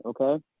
Okay